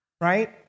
Right